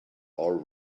all